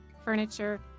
furniture